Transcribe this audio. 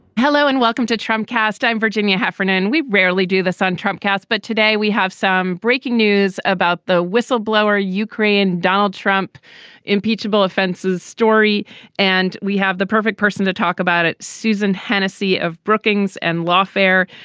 hello and welcome to trump cast in virginia heffernan. we rarely do this on trump cast but today we have some breaking news about the whistleblower ukraine donald trump impeachable offenses story and we have the perfect person to talk about it. susan hennessy of brookings and lawfare.